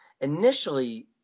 initially